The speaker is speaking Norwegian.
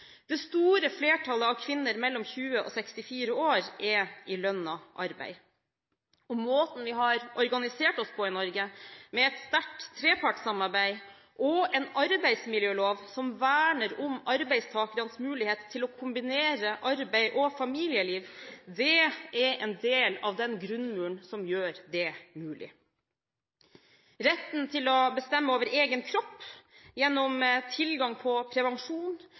Det store flertallet av kvinner mellom 20 og 64 år er i lønnet arbeid. Måten vi har organisert oss på i Norge, med et sterkt trepartssamarbeid og en arbeidsmiljølov som verner om arbeidstakernes mulighet til å kombinere arbeid og familieliv, er en del av den grunnmuren som gjør det mulig. Retten til å bestemme over egen kropp gjennom tilgang på prevensjon,